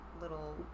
little